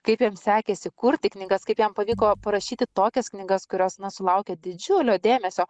kaip jam sekėsi kurti knygas kaip jam pavyko parašyti tokias knygas kurios na sulaukė didžiulio dėmesio